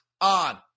On